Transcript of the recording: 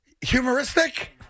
Humoristic